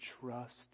trust